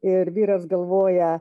ir vyras galvoja